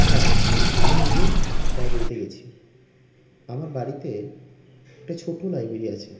হ্যাঁ আমি নিজে লাইব্রেরিতে গেছি আমার বাড়িতে একটা ছোট লাইব্রেরি আছে